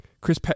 Chris